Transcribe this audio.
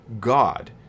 God